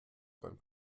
beim